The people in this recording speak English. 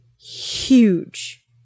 huge